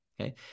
Okay